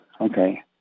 Okay